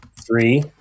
Three